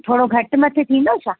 थोरो घटि मथे थींदो छा